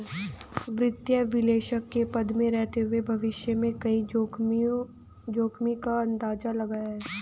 वित्तीय विश्लेषक के पद पर रहते हुए भविष्य में कई जोखिमो का अंदाज़ा लगाया है